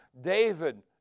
David